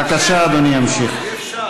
אי-אפשר.